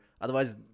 otherwise